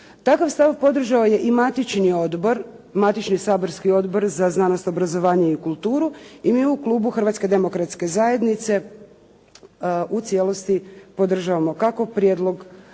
Takav stav podržao je i matični odbor, matični saborski Odbor za znanost, obrazovanje i kulturu i mi u klubu Hrvatske demokratske zajednice u cijelosti podržavamo kako prijedlog